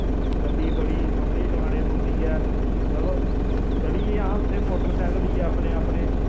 गड्डी बड़ी सम्भलियै चलानी पौंदी ऐ चलो चलियै अस उत्थै मोटरसैकल लेइयै अपने अपने